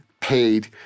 paid